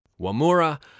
Wamura